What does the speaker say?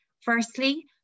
Firstly